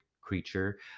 creature